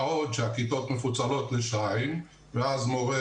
מה עוד שהכיתות מפוצלות לשתיים ואז מורה